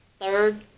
third